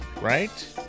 right